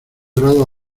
grados